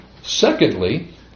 Secondly